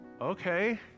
okay